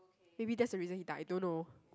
maybe that's the reason he died I don't know